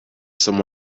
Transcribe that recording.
some